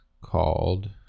called